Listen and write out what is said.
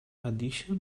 addition